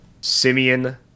Simeon